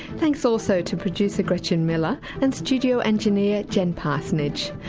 thanks also to producer gretchen miller and studio engineer jen parsonage.